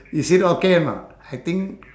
is it okay or not I think